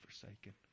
forsaken